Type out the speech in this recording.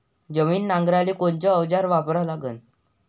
जमीन नांगराले कोनचं अवजार वापरा लागन?